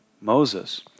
Moses